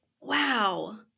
Wow